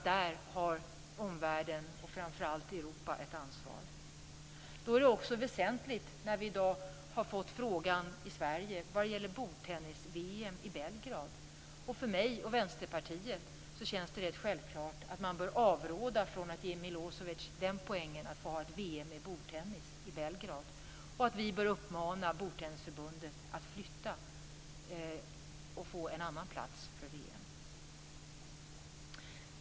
Där har omvärlden och framför allt Europa ett ansvar. Vi har fått frågan i Sverige vad gäller bordtennis-VM i Belgrad. För mig och Vänsterpartiet känns det rätt självklart att man bör avråda från att ge Milosevic den poängen att få ha ett VM i bordtennis i Belgrad. Vi bör uppmana Bordtennisförbundet att flytta det och få en annan plats för VM.